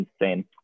insane